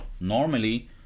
Normally